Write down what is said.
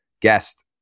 guest